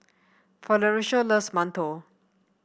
Florencio loves mantou